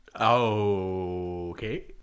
Okay